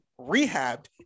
rehabbed